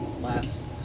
last